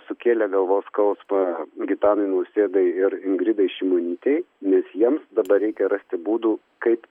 sukėlė galvos skausmą gitanui nausėdai ir ingridai šimonytei nes jiems dabar reikia rasti būdų kaip